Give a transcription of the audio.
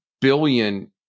billion